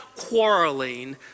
quarreling